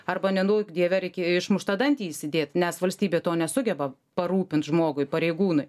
arba neduok dieve reikia išmuštą dantį įsidėt nes valstybė to nesugeba parūpint žmogui pareigūnui